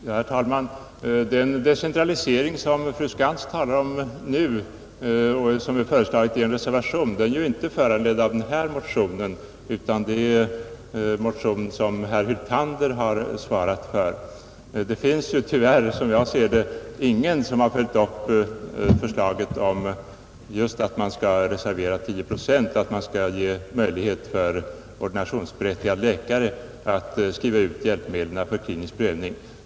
Herr talman! Den decentralisering som fru Skantz talar om nu och som är föreslagen i en reservation är ju inte föranledd av vår motion utan av en motion som herr Hyltander har svarat för. Det finns — tyvärr, som jag ser det — ingen som har följt förslaget om att man skall reservera tio procent av anslaget och att man skall ge möjlighet för ordinationsberättigad läkare att skriva ut hjälpmedlen för klinisk prövning.